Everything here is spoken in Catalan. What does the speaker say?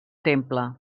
temple